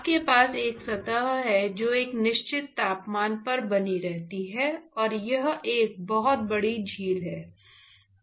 आपके पास एक सतह है जो एक निश्चित तापमान पर बनी रहती है और यह एक बहुत बड़ी झील है